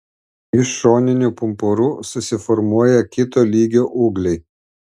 iš šoninių pumpurų susiformuoja kito lygio ūgliai